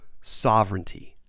sovereignty